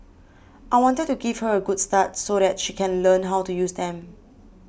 I wanted to give her a good start so that she can learn how to use them